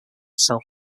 self